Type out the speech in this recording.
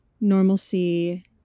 normalcy